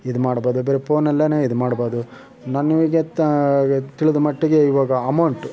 ಇದು ಮಾಡ್ಬೋದು ಬರೀ ಪೋನಲ್ಲೇ ಇದು ಮಾಡ್ಬೋದು ನನಗೆ ತ ತಿಳಿದಮಟ್ಟಿಗೆ ಇವಾಗ ಅಮೌಂಟು